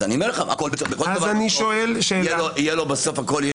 בסוף יש